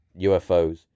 UFOs